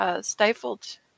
stifled